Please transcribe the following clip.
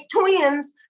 twins